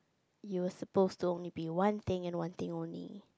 you were supposed only be one thing and one thing only